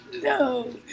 No